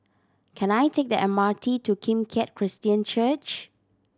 can I take the M R T to Kim Keat Christian Church